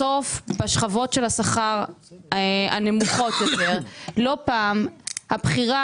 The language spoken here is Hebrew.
בסוף בשכבות של השכר הנמוכות יותר לא פעם הבחירה